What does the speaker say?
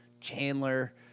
Chandler